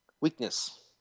Weakness